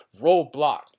roadblock